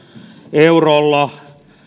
eurolla